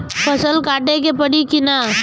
फसल काटे के परी कि न?